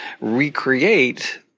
recreate